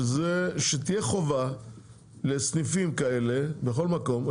שתהיה חובה לסניפים כאלה בכל מקום,